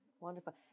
Wonderful